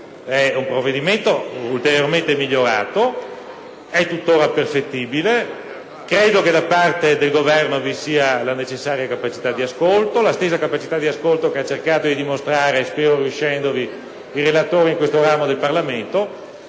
ad un provvedimento ulteriormente migliorato e tuttora perfettibile. Credo che da parte del Governo vi sia la necessaria capacità di ascolto, la stessa capacità che ha cercato di dimostrare, spero riuscendovi, il relatore in questo ramo del Parlamento.